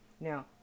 Now